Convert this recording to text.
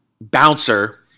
bouncer